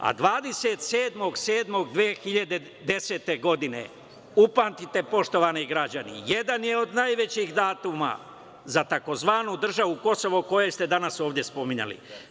Dana 27. jula 2010. godine, upamtite poštovani građani, jedan je od najvećih datuma za tzv. „državu Kosovo“ koju ste danas ovde spominjali.